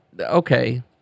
okay